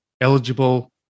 eligible